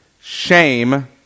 shame